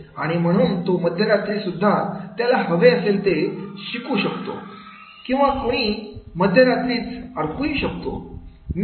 आणि म्हणून तो मध्यरात्री सुद्धा त्याला हवे असेल ते घेऊन शिकू शकतो किंवा कुणीतरी मध्यरात्रीच अडकू शकतो